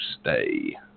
stay